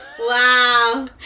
Wow